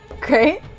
Great